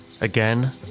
Again